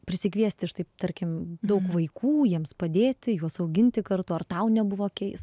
prisikviesti štai tarkim daug vaikų jiems padėti juos auginti kartu ar tau nebuvo keista